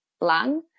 lung